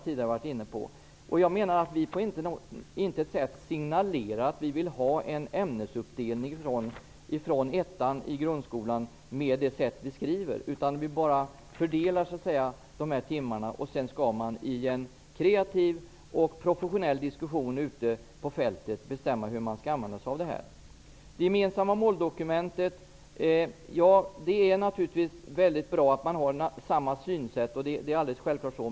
Vi får på intet sätt i vår skrivning signalera att vi vill ha en ämnesuppdelning från årskurs 1 i grundskolan, utan vi bara fördelar timmarna. Sedan skall man i en kreativ och professionell diskussion ute på fältet bestämma hur detta skall användas. När det gäller det gemensamma måldokumentet är det naturligtvis väldigt bra att man har samma synsätt.